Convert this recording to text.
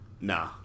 Nah